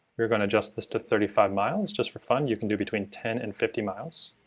we're going to adjust this to thirty five miles just for fun, you can do between ten and fifty miles,